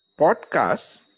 podcasts